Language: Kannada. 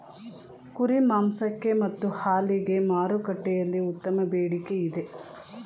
ಕುರಿ ಮಾಂಸಕ್ಕೆ ಮತ್ತು ಹಾಲಿಗೆ ಮಾರುಕಟ್ಟೆಯಲ್ಲಿ ಉತ್ತಮ ಬೇಡಿಕೆ ಇದೆ